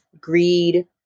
greed